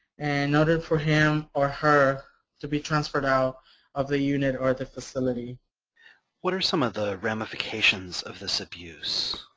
and in order for him or her to be transferred out of the unit or the facility. michael what are some of the ramifications of this abuse?